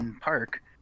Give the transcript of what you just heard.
park